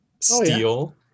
Steel